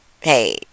hey